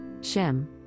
Shem